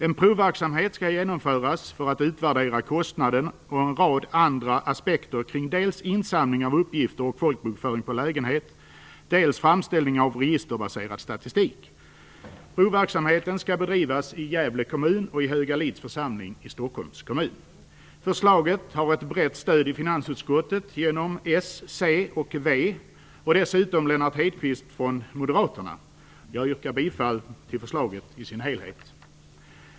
En provverksamhet skall genomföras för att utvärdera kostnaden och en rad andra aspekter kring dels insamling av uppgifter och folkbokföring på lägenhet, dels framställning av registerbaserad statistik. Provverksamheten skall bedrivas i Gävle kommun och i Högalids församling i Stockholms kommun. Förslaget har ett brett stöd i finansutskottet genom s, c och v samt genom Lennart Hedqvist från Moderaterna. Jag yrkar bifall till förslaget i dess helhet.